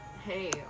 hey